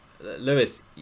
Lewis